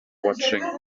watching